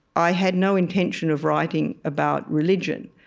i had no intention of writing about religion.